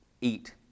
Eat